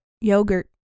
yogurt